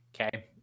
okay